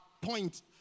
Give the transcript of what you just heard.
point